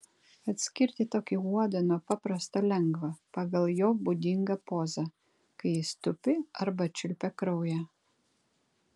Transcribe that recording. atskirti tokį uodą nuo paprasto lengva pagal jo būdingą pozą kai jis tupi arba čiulpia kraują